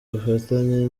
ubufatanye